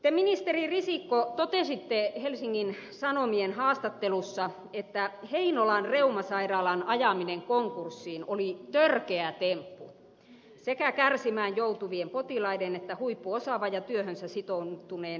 te ministeri risikko totesitte helsingin sanomien haastattelussa että heinolan reumasairaalan ajaminen konkurssiin oli törkeä temppu sekä kärsimään joutuvien potilaiden että huippuosaavan ja työhönsä sitoutuneen henkilöstön kannalta